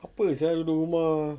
apa [sial] duduk rumah